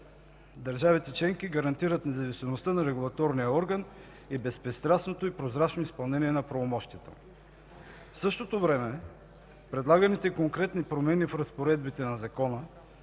„Държавите членки гарантират независимостта на регулаторния орган и безпристрастното и прозрачно изпълнение на правомощията”. В същото време предлаганите конкретни промени в разпоредбите на Закона,